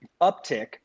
uptick